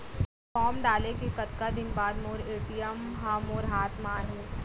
Form डाले के कतका दिन बाद मोर ए.टी.एम ह मोर हाथ म आही?